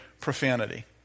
profanity